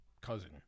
cousin